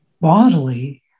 bodily